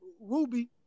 Ruby